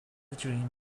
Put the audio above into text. dream